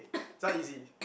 it's not easy